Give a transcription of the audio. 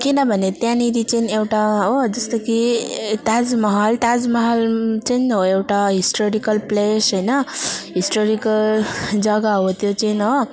किनभने त्यहाँनेरि चाहिँ एउटा हो जस्तो कि ताजमहल ताजमहल चाहिँ हो एउटा हिस्टोरिकल प्लेस होइन हिस्टोरीको जगा हो त्यो चाहिँ हो